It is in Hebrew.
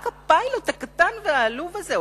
רק הפיילוט הקטן והעלוב הזה,